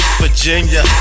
Virginia